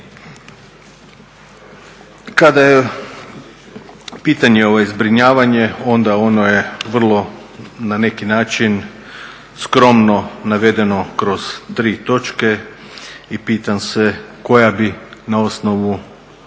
Kada je pitanje zbrinjavanje onda ono je vrlo na neki način skromno navedeno kroz tri točke i pitam se koja bi na osnovu